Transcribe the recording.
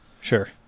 Sure